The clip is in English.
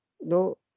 no